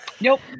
Nope